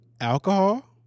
Alcohol